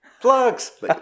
plugs